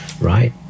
right